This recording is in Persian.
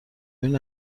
این